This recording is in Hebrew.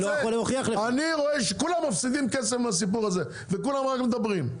אני רואה שכולם מפסידים כסף מהסיפור הזה וכולם רק מדברים.